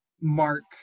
mark